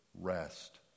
rest